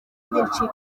intege